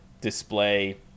display